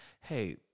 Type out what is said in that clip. Hey